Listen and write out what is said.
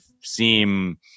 seem